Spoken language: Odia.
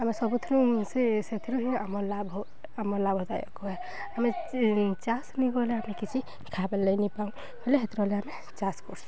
ଆମେ ସବୁଥିରୁ ସେ ସେଥିରୁ ହିଁ ଆମ ଲାଭ୍ ଆମ ଲାଭଦାୟକ ହେ ଆମେ ଚାଷ୍ନିକୁ ହେଲେ ଆମେ କିଛି ଖାଇବା ଲାଗି ନେଇଁପାଉ ହେଲେ ହେଥିରେ ହେଲେ ଆମେ ଚାଶ୍କର୍ସୁଁ